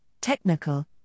technical